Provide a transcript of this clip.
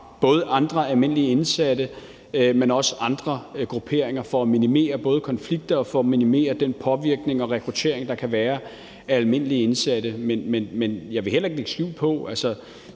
både andre almindelige indsatte, men også andre grupperinger for at minimere både konflikter og for at minimere den påvirkning og rekruttering, der kan være af almindelige indsatte. Men jeg vil heller ikke lægge skjul